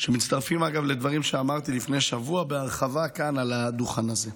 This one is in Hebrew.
אגב הם מצטרפים לדברים שאמרתי לפני שבוע בהרחבה כאן על הדוכן הזה.